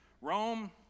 Rome